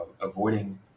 avoiding